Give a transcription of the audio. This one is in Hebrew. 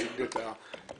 ביג דאטה,